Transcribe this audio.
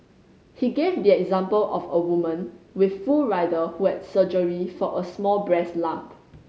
he gave the example of a woman with full rider who had surgery for a small breast lump